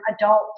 adult